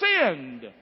sinned